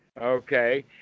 Okay